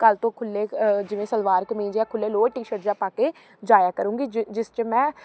ਕੱਲ੍ਹ ਤੋਂ ਖੁੱਲ੍ਹੇ ਜਿਵੇਂ ਸਲਵਾਰ ਕਮੀਜ਼ ਆ ਖੁੱਲ੍ਹੇ ਲੋਅਰ ਟੀ ਸ਼ਰਟ ਜਿਹਾ ਪਾ ਕੇ ਜਾਇਆ ਕਰੂੰਗੀ ਜਿ ਜਿਸ 'ਚ ਮੈਂ